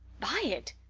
buy it!